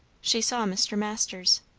she saw mr. masters.